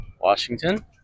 Washington